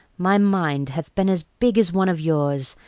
my mind hath been as big as one of yours,